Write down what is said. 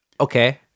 Okay